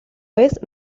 vez